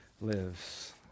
lives